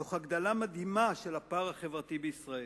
תוך הגדלה מדהימה של הפער החברתי בישראל.